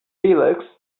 felix